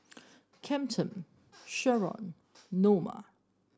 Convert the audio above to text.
Camden Sheron Norma